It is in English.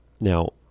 Now